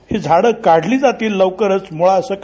ही झाडं काढली जातील लवकरच मुळासक